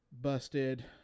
busted